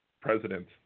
president